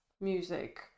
music